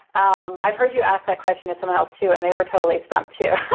um i've heard you ask that question of someone else too and they were totally stumped too.